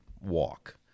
walk